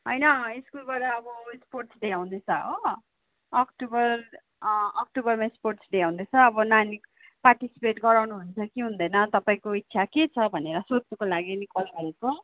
हैन स्कुलबाट अब स्पोर्ट्स डे आउँदैछ हो अक्टोबर अक्टोबरमा स्पोर्ट्स डे आउँदैछ अब नानी पार्टिसिपेट गराउनु हुन्छ कि हुँदैन तपाईँको इच्छा के छ भनेर सोध्नुको लागि नि कल गरेको